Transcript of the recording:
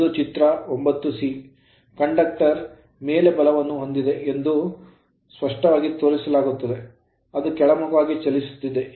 ಇದು ಚಿತ್ರ 9ರಲ್ಲಿ conductor ವಾಹಕವು ಮೇಲೆ ಬಲವನ್ನು ಹೊಂದಿದೆ ಎಂದು ಸ್ಪಷ್ಟವಾಗಿ ತೋರಿಸುತ್ತದೆ ಅದು ಕೆಳಮುಖವಾಗಿ ಚಲಿಸುತ್ತದೆ